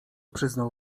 przyznał